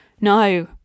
No